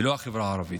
ולא החברה הערבית.